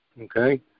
okay